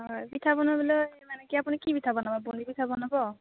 হয় পিঠা বনাবলৈ মানে আপুনি কি পিঠা বনাব পলি পিঠা বনাব